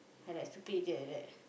I like stupid idiot like that